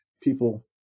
people